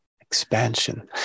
expansion